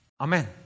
Amen